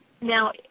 Now